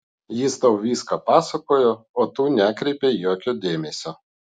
jis tau viską pasakojo o tu nekreipei jokio dėmesio